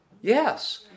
Yes